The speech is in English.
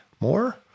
more